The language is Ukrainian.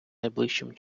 найближчим